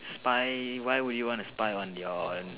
spy why would you want to spy on your